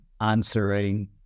answering